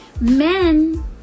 men